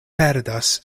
perdas